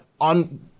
on